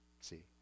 see